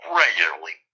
regularly